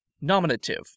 nominative